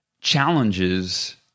challenges